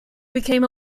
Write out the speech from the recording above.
became